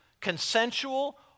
consensual